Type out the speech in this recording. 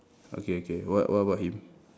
okay okay what what about him